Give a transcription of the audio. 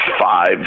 five